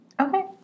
Okay